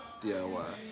DIY